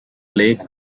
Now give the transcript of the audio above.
lake